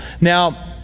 Now